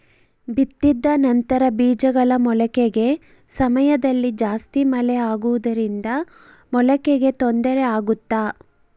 ಬಿತ್ತಿದ ನಂತರ ಬೇಜಗಳ ಮೊಳಕೆ ಸಮಯದಲ್ಲಿ ಜಾಸ್ತಿ ಮಳೆ ಆಗುವುದರಿಂದ ಮೊಳಕೆಗೆ ತೊಂದರೆ ಆಗುತ್ತಾ?